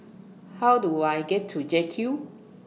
How Do I get to J Cube